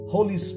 Holy